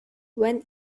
when